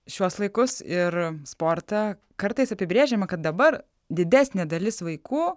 šiuos laikus ir sportą kartais apibrėžiama kad dabar didesnė dalis vaikų